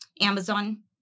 Amazon